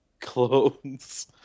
clothes